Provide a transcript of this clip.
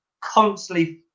constantly